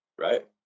Right